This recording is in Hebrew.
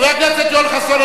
חבר הכנסת יואל חסון,